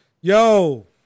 yo